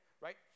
right